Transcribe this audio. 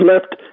left